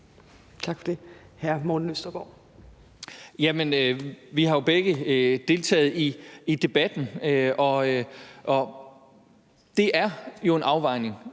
Kl. 15:07 Morten Østergaard (RV): Jamen vi har begge deltaget i debatten, og det er jo en afvejning,